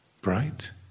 bright